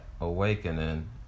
awakening